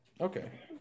Okay